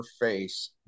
face